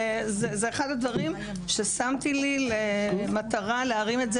זה אחד הדברים ששמתי למטרה להרים את זה